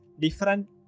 different